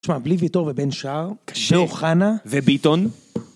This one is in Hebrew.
תשמע, בלי ויטור ובן שהר, קשה ואוחנה וביטון.